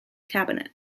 cabinet